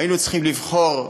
היינו צריכים לבחור שר,